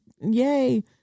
yay